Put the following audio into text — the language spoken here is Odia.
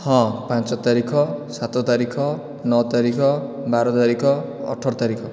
ହଁ ପାଞ୍ଚ ତାରିଖ ସାତ ତାରିଖ ନଅ ତାରିଖ ବାର ତାରିଖ ଅଠର ତାରିଖ